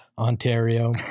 Ontario